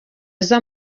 aza